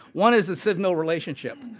one is the simple relationship.